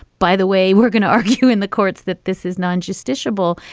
by the way, we're going to argue in the courts that this is non justiciable.